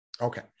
Okay